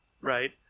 Right